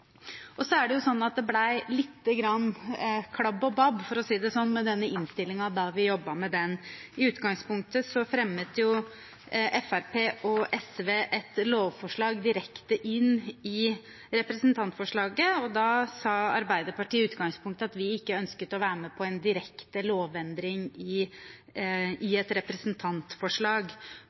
Det ble litt klabb og babb, for å si det sånn, med denne innstillingen da vi jobbet med den. I utgangspunktet fremmet Fremskrittspartiet og SV et lovforslag direkte i representantforslaget, og Arbeiderpartiet sa da at vi ikke ønsket å være med på en direkte lovendring i et representantforslag.